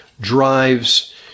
drives